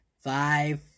five